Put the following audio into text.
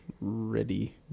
ready